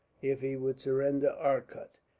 if he would surrender arcot.